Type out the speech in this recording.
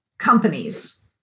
companies